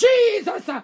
Jesus